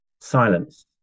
silence